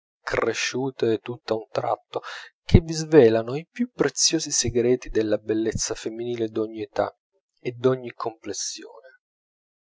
cresciute tutt'a un tratto che vi svelano i più preziosi segreti della bellezza femminile d'ogni età e d'ogni complessione